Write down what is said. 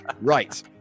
Right